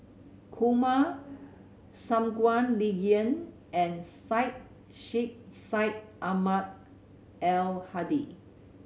Kumar Shangguan Liuyun and Syed Sheikh Syed Ahmad Al Hadi